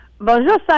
Bonjour